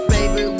Baby